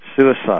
suicide